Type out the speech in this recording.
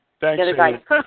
thanks